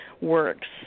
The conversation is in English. works